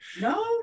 No